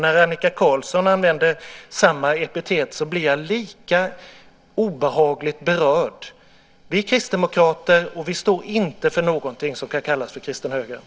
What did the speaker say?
När Annika Qarlsson använder samma epitet blir jag obehagligt berörd. Vi kristdemokrater står inte för någonting som kan kallas för kristen höger.